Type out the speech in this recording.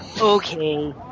Okay